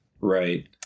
Right